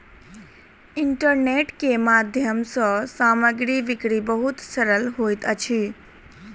internet के माध्यम सँ सामग्री बिक्री बहुत सरल होइत अछि